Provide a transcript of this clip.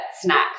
snacks